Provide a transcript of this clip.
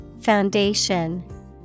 Foundation